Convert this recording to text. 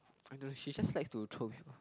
I don't know she just likes to troll people